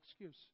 excuse